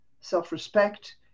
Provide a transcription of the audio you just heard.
self-respect